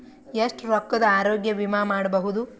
ಎಷ್ಟ ರೊಕ್ಕದ ಆರೋಗ್ಯ ವಿಮಾ ಮಾಡಬಹುದು?